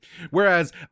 Whereas